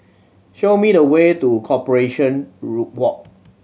show me the way to Corporation Walk